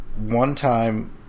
one-time